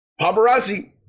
Paparazzi